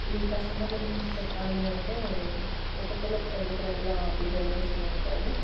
ఈ కస్టమర్ల గురించి చెప్పాలి అంటే ఒక్కొక్కరు ఒక్క డిఫరెంట్గా బిహేవ్ చేస్తు ఉంటారు